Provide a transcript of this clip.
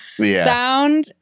sound